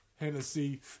Hennessy